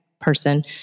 person